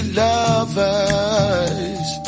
lovers